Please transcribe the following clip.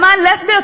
למען לסביות,